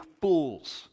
fools